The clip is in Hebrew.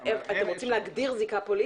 אתם רוצים להגדיר זיקה פוליטית?